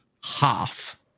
half